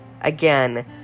Again